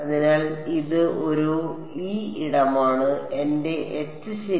അതിനാൽ ഇത് എന്റെ ഇ ഇതാണ് എന്റെ എച്ച് ശരി